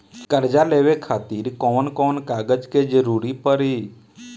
कर्जा लेवे खातिर कौन कौन कागज के जरूरी पड़ी?